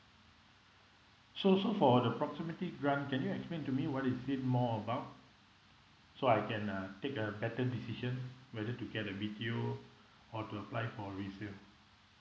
so so for the proximity grant can you explain to me what is it more about so I can uh take a better decision whether to get a B_T_O or to apply for a resale